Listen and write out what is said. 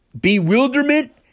bewilderment